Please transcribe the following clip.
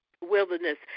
wilderness